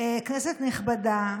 כנסת נכבדה,